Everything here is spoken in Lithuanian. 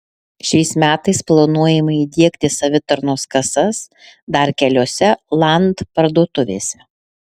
šiais metais planuojama įdiegti savitarnos kasas dar keliose land parduotuvėse